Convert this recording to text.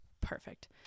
perfect